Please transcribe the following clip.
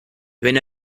wenn